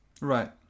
right